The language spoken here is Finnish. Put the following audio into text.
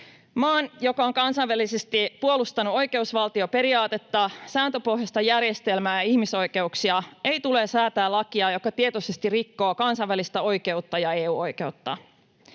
Maan, joka on kansainvälisesti puolustanut oikeusvaltioperiaatetta, sääntöpohjaista järjestelmää ja ihmisoikeuksia, ei tule säätää lakia, joka tietoisesti rikkoo kansainvälistä oikeutta ja EU-oikeutta.